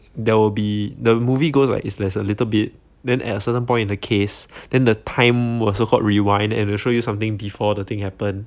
there will be the movie goes like there's a little bit then at a certain point in the case then the time will so called rewind and they'll show you something before the thing happen